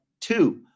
two